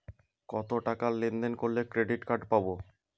কতটাকা লেনদেন করলে ক্রেডিট কার্ড পাব?